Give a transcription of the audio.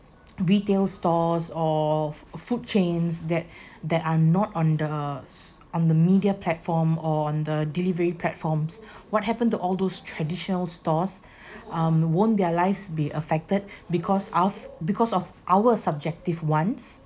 retail stores or food chains that that are not on the on the media platform or on the delivery platforms what happen to all those traditional stores um won't their lives be affected because of because of our subjective wants